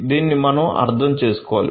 దీన్ని మనం అర్థం చేసుకోవాలి